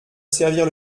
servir